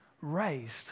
raised